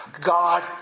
God